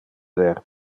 ver